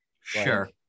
Sure